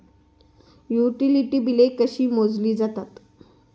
Utility बिले कशी मोजली जातात?